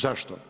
Zašto?